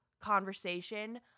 conversation